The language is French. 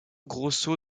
grosso